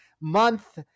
month